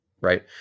right